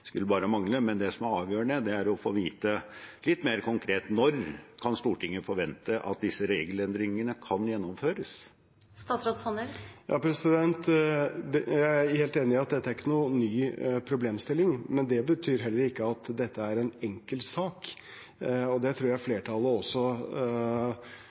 skulle bare mangle, men det som er avgjørende nå, er å få vite litt mer konkret når Stortinget kan forvente at disse regelendringene kan gjennomføres. Jeg er helt enig i at dette ikke er en ny problemstilling, men det betyr heller ikke at dette er en enkel sak. Det tror jeg